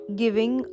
giving